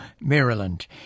Maryland